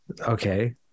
okay